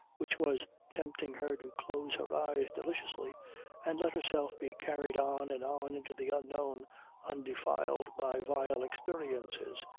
which was tempting her to close her eyes deliciously and let herself be carried on and on into the unknown undefiled by vile experiences,